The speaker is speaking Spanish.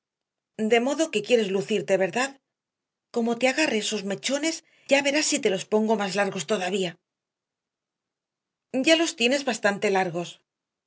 de modo que quieres lucirte verdad como te agarre esos mechones ya verás si te los pongo más largos todavía ya los tienes bastante largos